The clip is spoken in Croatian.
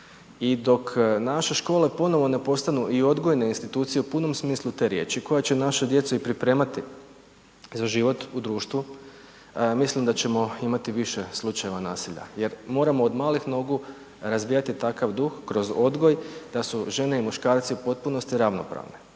I dok naše škole ponovno ne postanu i odgojne institucije u punom smislu te riječi, koje će našu djecu i pripremati za život u društvu mislim da ćemo imati više slučajeva nasilja. Jer moramo od malih nogu razbijati takav duh kroz odgoj da su žene i muškarci u potpunosti ravnopravne.